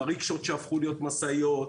ה- -- שהפכו להיות משאיות,